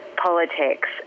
Politics